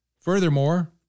Furthermore